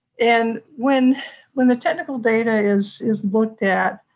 and when when the technical data is is looked at,